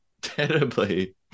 terribly